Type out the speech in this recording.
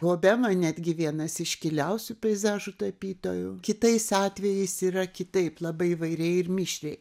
obema netgi vienas iškiliausių peizažų tapytojų kitais atvejais yra kitaip labai įvairiai ir mišriai